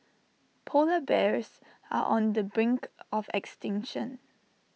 Polar Bears are on the brink of extinction